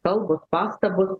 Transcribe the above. kalbos pastabos